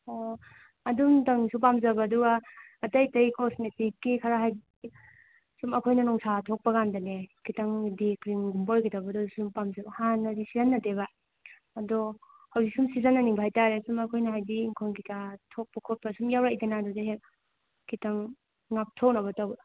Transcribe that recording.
ꯑꯣ ꯑꯗꯨꯝꯇꯪꯁꯨ ꯄꯥꯝꯖꯕ ꯑꯗꯨꯒ ꯑꯇꯩ ꯑꯇꯩ ꯀꯣꯁꯃꯦꯇꯤꯛꯀꯤ ꯈꯔ ꯍꯥꯏꯗꯤ ꯁꯨꯝ ꯑꯩꯈꯣꯏꯅ ꯅꯨꯡꯁꯥ ꯊꯣꯛꯄꯀꯥꯟꯗꯅꯦ ꯈꯤꯇꯪ ꯗꯦ ꯀ꯭ꯔꯤꯝꯒꯨꯝꯕ ꯑꯣꯏꯒꯗꯧꯕꯗꯣ ꯁꯨꯝ ꯄꯥꯝꯖꯕ ꯍꯥꯟꯅꯗꯤ ꯁꯤꯖꯤꯟꯅꯗꯦꯕ ꯑꯗꯣ ꯍꯧꯖꯤꯛ ꯁꯨꯝ ꯁꯤꯖꯤꯟꯅꯅꯤꯡꯕ ꯍꯥꯏ ꯇꯥꯔꯦ ꯁꯨꯝ ꯑꯩꯈꯣꯏꯅ ꯍꯥꯏꯗꯤ ꯏꯪꯈꯣꯜ ꯀꯩꯀꯥ ꯊꯣꯛꯄ ꯈꯣꯠꯄ ꯁꯨꯝ ꯌꯥꯎꯔꯛꯏꯗꯅ ꯑꯗꯨꯗ ꯍꯦꯛ ꯈꯤꯇꯪ ꯉꯥꯛꯊꯣꯛꯅꯕ ꯇꯧꯕꯗꯣ